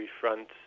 front